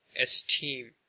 esteem